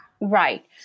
right